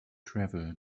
travel